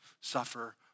suffer